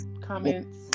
Comments